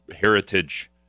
Heritage